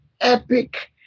epic